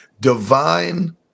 Divine